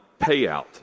payout